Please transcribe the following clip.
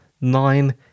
Nine